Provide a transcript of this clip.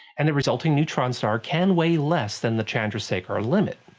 and the resulting neutron star can weigh less than the chandrasekhar limit.